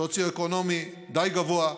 סוציו-אקונומי די גבוה,